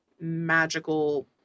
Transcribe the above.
magical